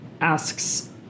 asks